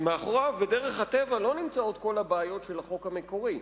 שמאחוריו בדרך הטבע לא נמצאות כל הבעיות של החוק המקורי,